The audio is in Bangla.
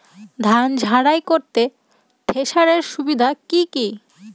ধান ঝারাই করতে থেসারের সুবিধা কি কি?